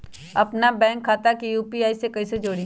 अपना बैंक खाता के यू.पी.आई से कईसे जोड़ी?